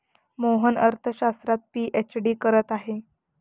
मोहन अर्थशास्त्रात पीएचडी करत आहे